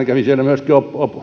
kävi siellä myöskin